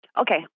Okay